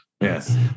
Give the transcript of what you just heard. Yes